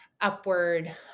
upward